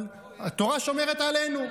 אבל התורה שומרת עלינו.